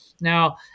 Now